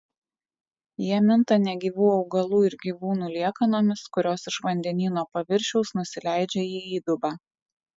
jie minta negyvų augalų ir gyvūnų liekanomis kurios iš vandenyno paviršiaus nusileidžia į įdubą